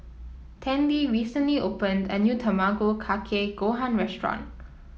Tandy recently opened a new Tamago Kake Gohan restaurant